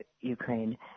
Ukraine